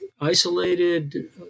isolated